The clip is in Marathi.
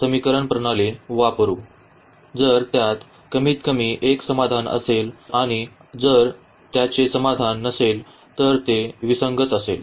जर त्यात कमीतकमी एक समाधान असेल आणि जर त्याचे समाधान नसेल तर ते विसंगत असेल